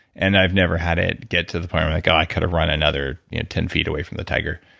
and i've never had it get to the point where, like oh, i could have run another ten feet away from the tiger.